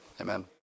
amen